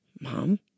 Mom